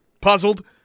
puzzled